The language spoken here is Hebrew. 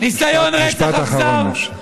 ניסיון רצח אכזר, משפט אחרון, בבקשה.